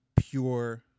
pure